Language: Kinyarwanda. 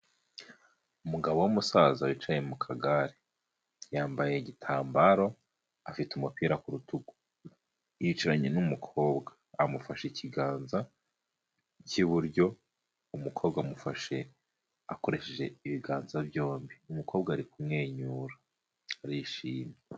Umugabo w'umusaza wicaye mu kagare, yambaye igitambaro afite umupira ku rutugu yicaranye n'umukobwa amufashe ikiganza cy'iburyo umukobwa amufashe akoresheje ibiganza byombi, umukobwa ari kumwenyura bishimye.